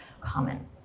common